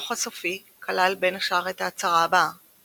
הדו"ח הסופי כלל בין השאר את ההצהרה הבאה